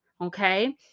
Okay